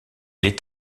est